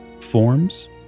forms